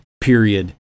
Period